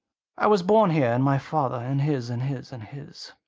i was born here, and my father, and his, and his, and his.